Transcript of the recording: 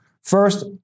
First